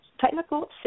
Technical